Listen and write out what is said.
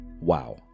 Wow